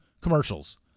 commercials